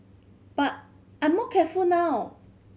but I'm more careful now